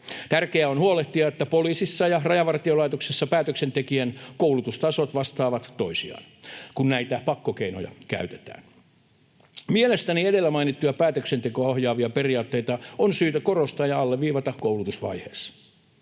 Tärkeää on huolehtia, että poliisissa ja Rajavartiolaitoksessa päätöksentekijöiden koulutustasot vastaavat toisiaan, kun näitä pakkokeinoja käytetään. Mielestäni edellä mainittuja päätöksentekoa ohjaavia periaatteita on syytä korostaa ja alleviivata koulutusvaiheessa.